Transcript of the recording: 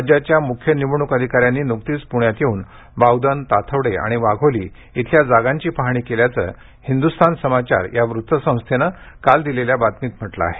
राज्याच्या मुख्य निवडणूक अधिकाऱ्यांनी नुकतीच पुण्यात येऊन बावधन ताथवडे आणि वाघोली येथील जागांची पाहणी केल्याचं हिंदुस्थान समाचार या वृत्त संस्थेनं काल दिलेल्या बातमीत म्हटलं आहे